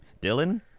Dylan